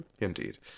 indeed